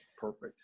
Perfect